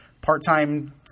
part-time